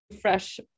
fresh